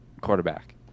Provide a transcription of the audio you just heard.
quarterback